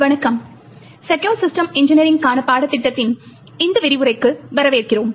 வணக்கம் secure system இன்ஜினியரிங்க்கான பாடத்திட்டத்தின் இந்த விரிவுரைக்கு வரவேற்கிறோம்